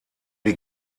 die